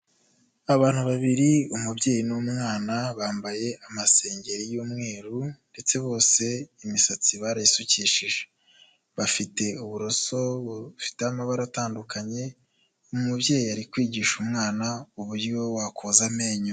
Abantu babiri umubyeyi n'umwana bambaye amasengeri y'umweru, ndetse bose imisatsi barayisukishije bafite uburoso bufite amabara atandukanye, umubyeyi ari kwigisha umwana uburyo wakoza amenyo.